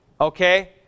Okay